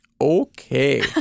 Okay